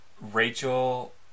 Rachel